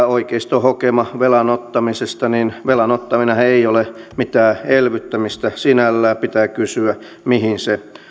oikeiston hokemaan velan ottamisesta niin velan ottaminenhan ei ole mitään elvyttämistä sinällään pitää kysyä mihin se